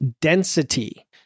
density